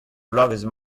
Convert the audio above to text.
bloavezh